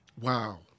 Wow